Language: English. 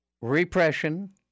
repression